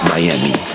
Miami